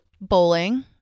Bowling